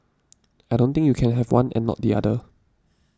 I don't think you can have one and not the other